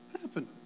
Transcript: happen